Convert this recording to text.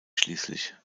schließlich